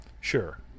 Sure